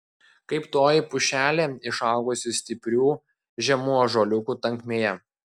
kaip toji pušelė išaugusi stiprių žemų ąžuoliukų tankmėje